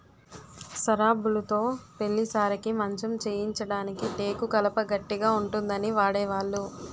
సరాబులుతో పెళ్లి సారెకి మంచం చేయించడానికి టేకు కలప గట్టిగా ఉంటుందని వాడేవాళ్లు